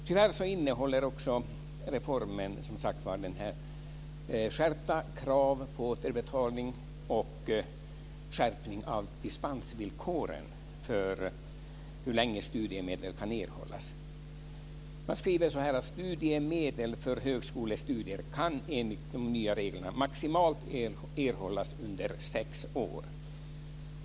Tyvärr innehåller reformen också skärpta krav på återbetalning och en skärpning av dispensvillkoren när det gäller hur länge studiemedel kan erhållas. Man skriver: Studiemedel för högskolestudier kan enligt de nya reglerna maximalt erhållas under sex år.